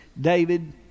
David